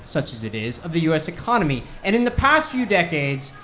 such as it is, of the u s. economy. and in the past few decades,